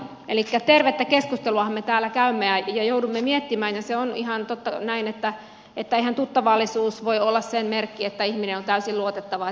elikkä tervettä keskusteluahan me täällä käymme ja joudumme miettimään ja se on ihan totta näin että eihän tuttavallisuus voi olla sen merkki että ihminen on täysin luotettava